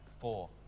Four